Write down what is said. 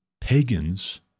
pagans